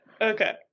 Okay